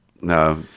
No